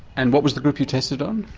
and what was the group you tested on?